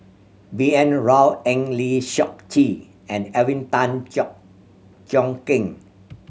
B N Rao Eng Lee Seok Chee and Alvin Tan Cheong Kheng